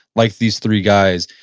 like these three guys,